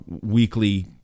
weekly